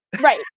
Right